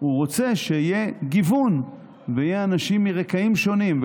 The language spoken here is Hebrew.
רוצה שיהיה גיוון ויהיו אנשים מרקעים שונים.